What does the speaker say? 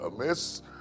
amiss